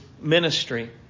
ministry